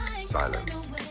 Silence